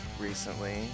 recently